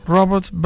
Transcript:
Robert